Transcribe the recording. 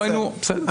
בסדר.